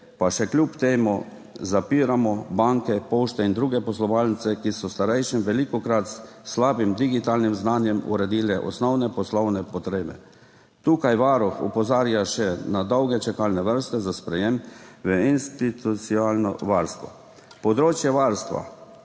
pa še kljub temu zapiramo banke, pošte in druge poslovalnice, ki so starejšim, velikokrat s slabim digitalnim znanjem, uredile osnovne poslovne potrebe. Tukaj Varuh opozarja še na dolge čakalne vrste za sprejem v institucionalno varstvo. Področje varstva